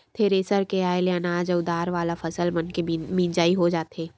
thresher के आये ले अनाज अउ दार वाला फसल मनके मिजई हो जाथे